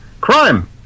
Crime